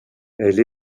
elle